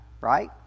right